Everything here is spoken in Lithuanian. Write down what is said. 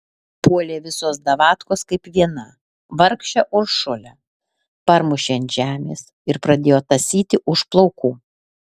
puolė visos davatkos kaip viena vargšę uršulę parmušė ant žemės ir pradėjo tąsyti už plaukų